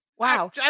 Wow